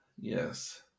Yes